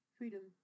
Freedom